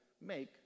make